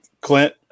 Clint